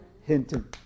Hinton